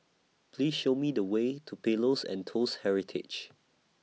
Please Show Me The Way to Pillows and Toast Heritage